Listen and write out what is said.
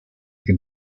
can